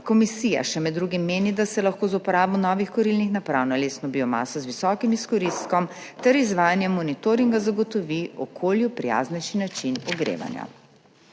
Komisija med drugim meni še, da se lahko z uporabo novih kurilnih naprav na lesno biomaso z visokim izkoristkom ter izvajanjem monitoringa zagotovi okolju prijaznejši način ogrevanja.